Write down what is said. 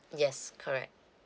yes correct